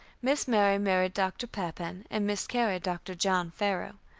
miss mary married dr. pappan, and miss carrie, dr. john farrow.